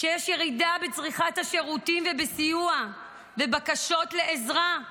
יש ירידה בצריכת השירותים ובסיוע ובבקשות לעזרה,